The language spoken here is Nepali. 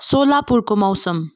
सोलापुरको मौसम